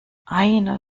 einer